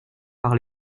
par